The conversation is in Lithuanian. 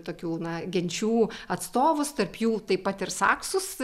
tokių na genčių atstovus tarp jų taip pat ir saksus